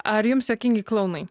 ar jums juokingi klounai